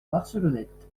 barcelonnette